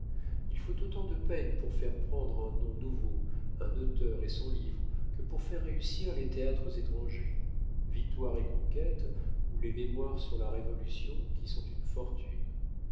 il faut autant de peine pour faire prendre un nom nouveau un auteur et son livre que pour faire réussir les théâtres étrangers victoires et conquêtes ou les mémoires sur la révolution qui sont une fortune